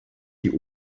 die